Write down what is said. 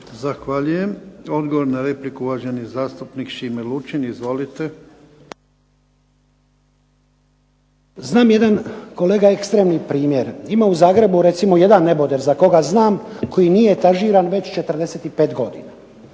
Zahvaljujem. Odgovor na repliku, uvaženi zastupnik Šime LUčin. **Lučin, Šime (SDP)** Znam jedan kolega ekstremni primjer, ima u Zagrebu jedan neboder za koga znam da nije etažiran već 45 godina,